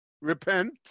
repent